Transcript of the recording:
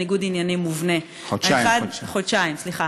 ברשותך, יש לי שתי דקות ושתי שאלות, שאלה בדקה.